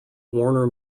warner